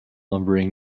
lumbering